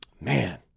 Man